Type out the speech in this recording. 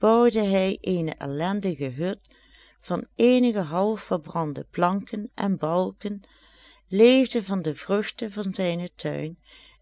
bouwde hij eene ellendige hut van eenige half verbrande planken en balken leefde van de vruchten van zijnen tuin